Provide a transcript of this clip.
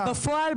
אז בפועל,